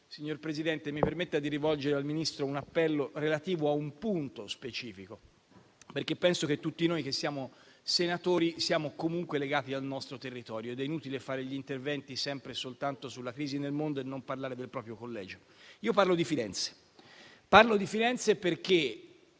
signor Presidente, mi permetta di rivolgere al Ministro un appello relativo a un punto specifico, perché penso che tutti noi senatori siamo comunque legati al nostro territorio. È inutile fare gli interventi sempre e soltanto sulla crisi nel mondo e non parlare del proprio collegio. Io parlo di Firenze, perché